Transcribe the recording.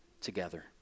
together